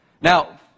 Now